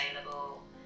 available